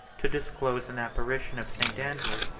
to disclose an apparition of st. andrew,